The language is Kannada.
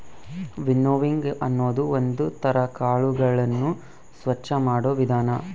ವಿನ್ನೋವಿಂಗ್ ಅನ್ನೋದು ಒಂದ್ ತರ ಕಾಳುಗಳನ್ನು ಸ್ವಚ್ಚ ಮಾಡೋ ವಿಧಾನ